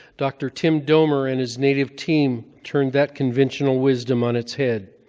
dr. tim domer and his native team turned that conventional wisdom on its head.